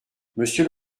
monsieur